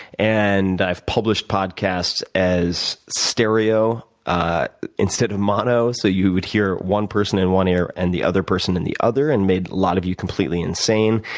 and i've published podcasts as stereo ah instead of mono, so you would hear one person in one ear and the other person in the other, and made a lot of you completely insane.